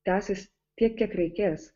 tęsis tiek kiek reikės